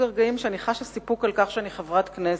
הרגעים שאני חשה בהם סיפוק על כך שאני חברת כנסת,